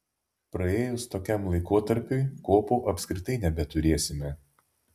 praėjus tokiam laikotarpiui kopų apskritai nebeturėsime